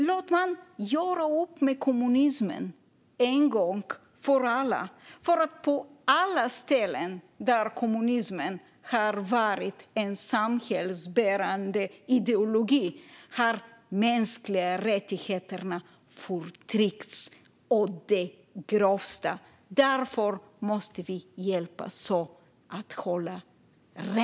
Låt den göra upp med kommunismen en gång för alla! På alla ställen där kommunismen har varit en samhällsbärande ideologi har de mänskliga rättigheterna förtryckts å det grövsta. Därför måste vi hjälpas åt att hålla rent.